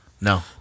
No